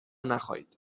نخایید